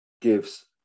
gives